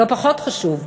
לא פחות חשוב,